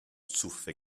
zuffe